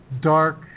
dark